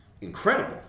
incredible